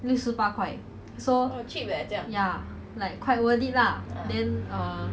六十八块 so ya like quite worth it lah then err